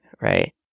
Right